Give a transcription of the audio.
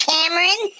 Cameron